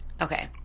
Okay